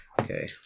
Okay